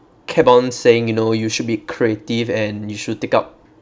kept on saying you know you should be creative and you should take up